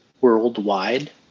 worldwide